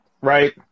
Right